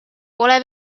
pole